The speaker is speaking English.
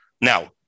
Now